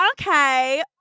okay